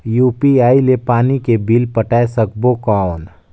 UPI ले पानी के बिल पटाय सकबो कौन?